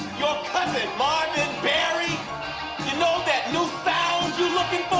marvin barry you know that new sound you're looking